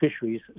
fisheries